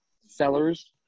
sellers